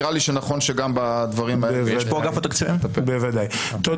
נראה לי נכון שגם בדברים האלה --- יש פה